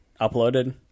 uploaded